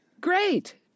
Great